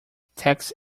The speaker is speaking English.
text